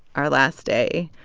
our last day,